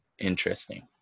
interesting